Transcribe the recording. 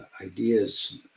ideas